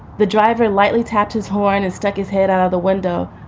the driver lightly tapped his horn and stuck his head out of the window.